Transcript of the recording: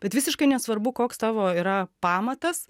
bet visiškai nesvarbu koks tavo yra pamatas